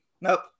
Nope